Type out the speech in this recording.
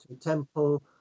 temple